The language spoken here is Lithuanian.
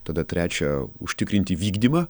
tada trečia užtikrinti vykdymą